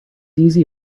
easy